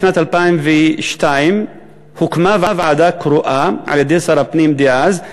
בשנת 2002 הוקמה ועדה קרואה על-ידי שר הפנים דאז,